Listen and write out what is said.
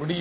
முடியும்